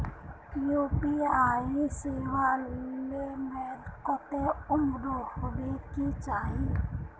UPI सेवा ले में कते उम्र होबे के चाहिए?